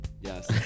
Yes